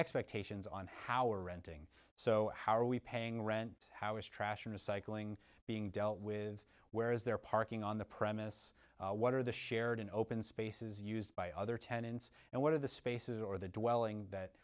expectations on how are renting so how are we paying rent how is trash and recycling being dealt with where is there parking on the premise what are the shared and open spaces used by other tenants and what are the spaces or the dwelling that